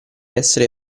essere